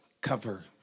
cover